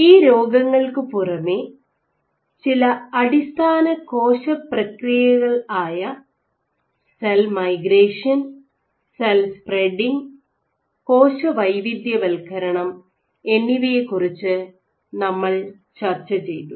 ഈ രോഗങ്ങൾക്കു പുറമേ ചില അടിസ്ഥാന കോശപ്രക്രിയകൾ ആയ സെൽ മൈഗ്രേഷൻ സെൽ സ്പ്രെഡിംഗ് കോശവൈവിധ്യവൽകരണം എന്നിവയെ കുറിച്ച് നമ്മൾ ചർച്ച ചെയ്തു